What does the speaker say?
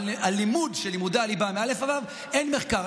אבל על הלימוד של לימודי הליבה מא' עד ו' אין מחקר.